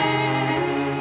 and